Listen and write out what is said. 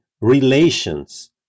relations